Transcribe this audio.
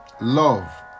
love